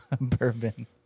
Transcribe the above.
bourbon